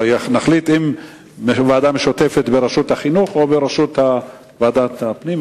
נחליט האם ועדה משותפת בראשות ועדת החינוך או בראשות ועדת הפנים,